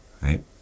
right